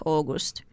August